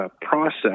process